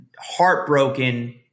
heartbroken